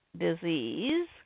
disease